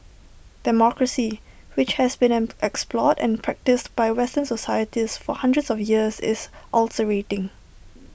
democracy which has been an explored and practised by western societies for hundreds of years is ulcerating